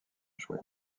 échoué